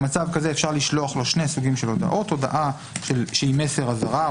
במצב כזה אפשר לשלוח לו שני סוגים של הודעות; הודעה שהיא מסר אזהרה,